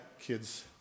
kids